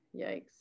Yikes